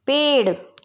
पेड़